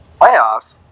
Playoffs